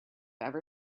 ever